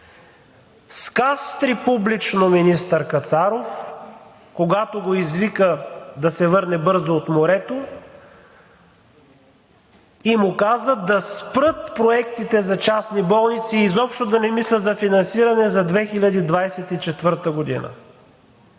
скастри публично министър Кацаров, когато го извика да се върне бързо от морето, каза му да спрат проектите за частни болници и изобщо да не мислят за финансиране за 2024 г.?